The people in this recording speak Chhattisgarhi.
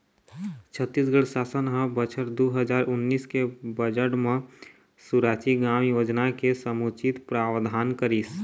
छत्तीसगढ़ सासन ह बछर दू हजार उन्नीस के बजट म सुराजी गाँव योजना के समुचित प्रावधान करिस